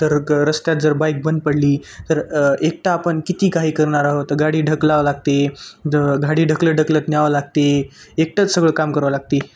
तर क रस्त्यात जर बाईक बंद पडली तर एकटा आपण किती काही करणार आहोत गाडी ढकलावं लागते ज गाडी ढकलत ढकलत न्यावं लागते एकटंच सगळं काम करावं लागते